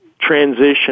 transition